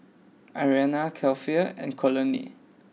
Ariana Keifer and Conley